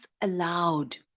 allowed